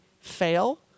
fail